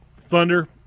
Thunder